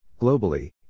Globally